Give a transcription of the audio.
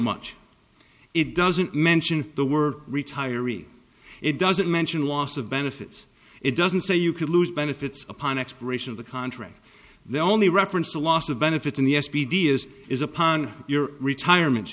much it doesn't mention the word retiree it doesn't mention loss of benefits it doesn't say you could lose benefits upon expiration of the contract they only reference to loss of benefits in the s p d is is upon your retirement